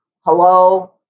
Hello